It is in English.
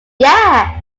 yeah